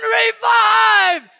revive